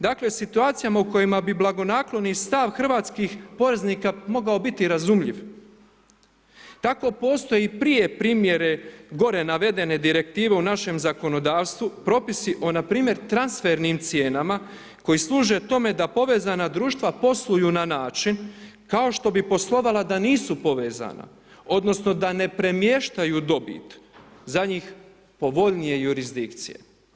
Dakle, situacijama u kojima bi blagonakloni stav hrvatskih poreznika mogao biti razumljiv, tako postoji prije primjene gore navedene direktive u našem zakonodavstvu, propisi, o npr. transfernim cijenama, koje služe tome, da povezana društva posluju na način, kao što bi poslovala da nisu povezana, odnosno, da ne premještaju dobit, za njih povoljnije jurisdikcije.